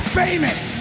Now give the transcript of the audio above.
famous